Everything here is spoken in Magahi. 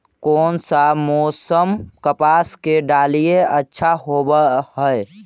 कोन सा मोसम कपास के डालीय अच्छा होबहय?